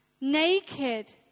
Naked